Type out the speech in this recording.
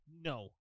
No